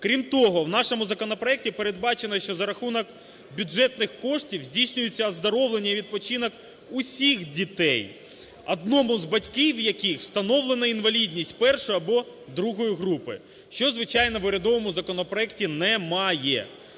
Крім того, в нашому законопроекті передбачено, що за рахунок бюджетних коштів здійснюється оздоровлення і відпочинок всіх дітей, одному з батьків яких встановлено інвалідність І або ІІ групи, що звичайно в урядовому законопроекті не має.